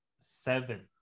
seven